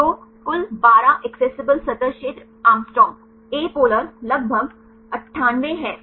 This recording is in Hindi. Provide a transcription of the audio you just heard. तो कुल 1 2 एक्सेसिबल सतह क्षेत्र Å2 एपोलर लगभग 98 है